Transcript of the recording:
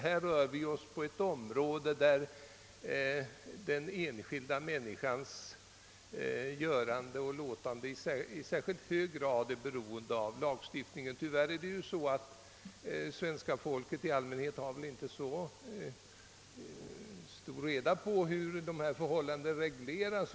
Här rör vi oss på ett område där den enskilda människans göranden och låtanden i särskilt hög grad är beroende av lagstiftningen. Tyvärr har svenska folket i allmänhet inte särskilt väl reda på hur dessa förhållanden regleras.